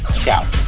Ciao